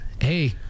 hey